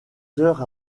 heures